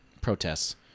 protests